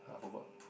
I forgot